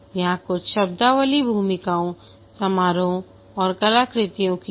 यहाँ कुछ शब्दावली भूमिकाओं समारोहों और कलाकृतियों की है